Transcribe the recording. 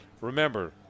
Remember